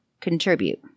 contribute